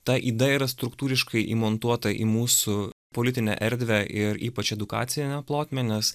ta yda yra struktūriškai įmontuota į mūsų politinę erdvę ir ypač edukacinę plotmę nes